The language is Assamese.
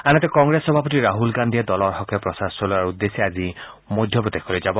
আনহাতে কংগ্ৰেছ সভাপতি ৰাছল গান্ধীয়ে দলৰ হকে প্ৰচাৰ চলোৱাৰ উদ্দেশ্যে আজি মধ্য প্ৰদেশলৈ যাব